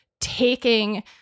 taking